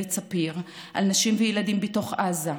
במכללת ספיר, על נשים וילדים בתוך עזה,